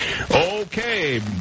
Okay